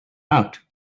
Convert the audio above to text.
out